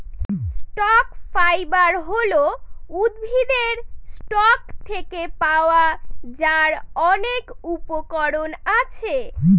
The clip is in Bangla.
স্টক ফাইবার হল উদ্ভিদের স্টক থেকে পাওয়া যার অনেক উপকরণ আছে